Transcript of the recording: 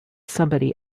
somebody